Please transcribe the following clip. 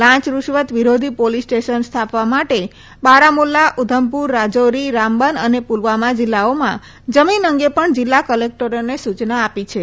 લાંચ રૂશ્વત વિરોધી પોલીસ સ્ટેશન સ્થાપવા માટે બારામુલ્લા ઉધમપુર રાજૌરી રામબન અને પુલવામા જીલ્લાઓમાં જમીન અંગે પણ જીલ્લા કલેકટરોને સુચના આપી છે